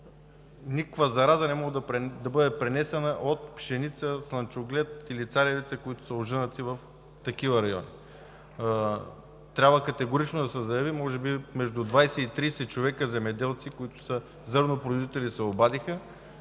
никаква зараза не може да бъде пренесена от пшеница, слънчоглед или царевица, които са ожънати в такива райони. Трябва категорично да се заяви – може би между 20 и 30 човека земеделци, които са зърнопроизводители, се обадиха,